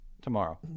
tomorrow